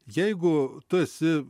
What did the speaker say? jeigu tu esi